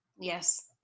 Yes